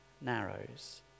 narrows